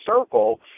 circle